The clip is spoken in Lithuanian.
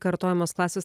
kartojamos klasės